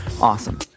awesome